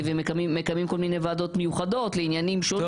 ומקיימים כל מיני ועדות מיוחדות לעניינים שונים,